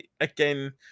Again